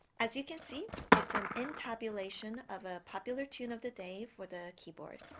as you can see, it's an intabulation of a popular tune of the day for the keyboard,